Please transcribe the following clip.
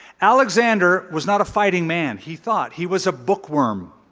alexander was not a fighting man, he thought. he was a bookworm.